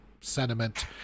sentiment